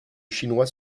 chinois